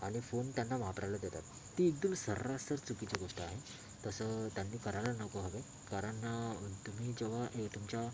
आणि फोन त्यांना वापरायला देतात ती एकदम सर्रास चुकीची गोष्ट आहे तसं त्यांनी करायला नको हवे कारण तुम्ही जेव्हा हे तुमच्या